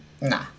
Nah